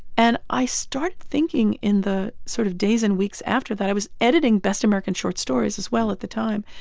and i started thinking in the sort of days and weeks after that i was editing best american short stories as well at the time,